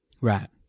Right